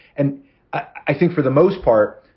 and i think for the most part,